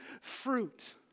fruit